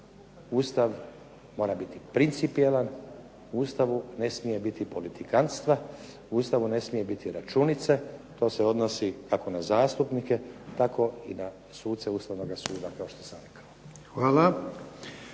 Ustav mora biti principijelan. U Ustavu ne smije biti politikantstva, u Ustavu ne smije biti računice. To se odnosi kako na zastupnike tako i na suce Ustavnoga suda kao što sam rekao.